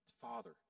father